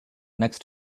next